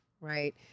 right